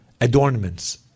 adornments